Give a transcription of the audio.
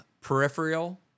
Peripheral